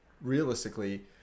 realistically